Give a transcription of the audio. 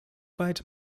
weit